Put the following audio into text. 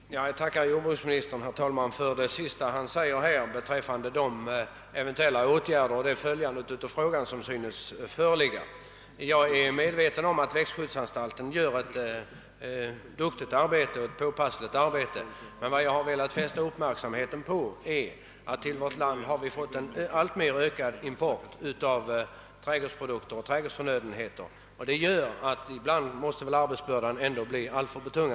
Herr talman! Jag tackar jordbruksministern för vad han sade nu sist beträffande eventuella åtgärder. Jag är också tacksam för beskedet att frågan följs med uppmärksamhet. Jag är medveten om att växtskyddsanstalten gör ett duktigt och påpassligt arbete. Vad jag har velat fästa uppmärksamheten på är att vi fått en alltmer ökad import av trädgårdsprodukter, och det gör att arbetsbördan väl ibland måste bli alltför betungande för växtskyddsanstalten.